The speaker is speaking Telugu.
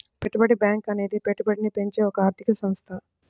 పెట్టుబడి బ్యాంకు అనేది పెట్టుబడిని పెంచే ఒక ఆర్థిక సంస్థ